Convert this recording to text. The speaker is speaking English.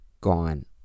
gone